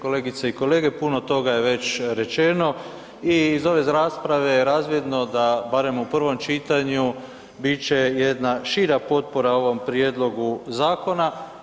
Kolegice i kolege puno toga je već rečeno i iz ove rasprave je razvidno da barem u prvom čitanju bit će jedna šira potpora ovom prijedlogu zakona.